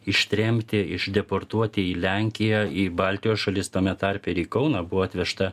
ištremti išdeportuoti į lenkiją į baltijos šalis tame tarpe ir į kauną buvo atvežta